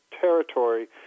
territory